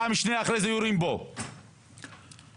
אזהרה בפעם השנייה ובפעם השלישית,